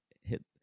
hit